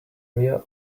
via